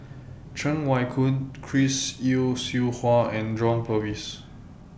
Cheng Wai Keung Chris Yeo Siew Hua and John Purvis